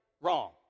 wrong